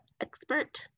expert